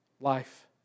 life